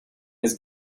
his